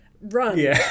run